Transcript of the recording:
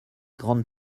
grandes